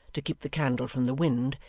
to keep the candle from the wind,